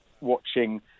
watching